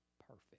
perfect